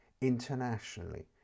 internationally